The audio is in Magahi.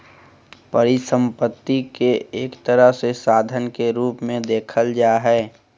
परिसम्पत्ति के एक तरह से साधन के रूप मे देखल जा हय